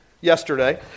yesterday